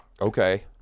okay